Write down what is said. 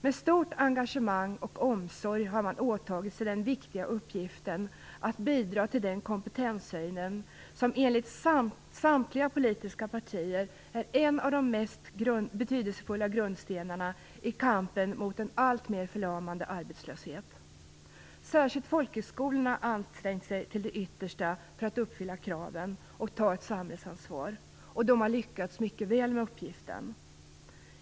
Med stort engagemang och omsorg har man åtagit sig den viktiga uppgiften att bidra till den kompetenshöjning som enligt samtliga politiska partier är en av de mest betydelsefulla grundstenarna i kampen mot en alltmer förlamande arbetslöshet. Särskilt folkhögskolorna har ansträngt sig till det yttersta för att uppfylla kraven och ta ett samhällsansvar - och de har lyckats mycket väl med den uppgiften.